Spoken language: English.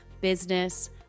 business